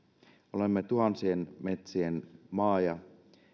olemme tuhansien metsien maa ja